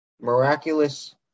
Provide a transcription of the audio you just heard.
miraculous